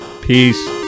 Peace